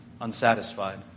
unsatisfied